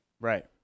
Right